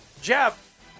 Jeff